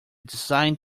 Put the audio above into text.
designed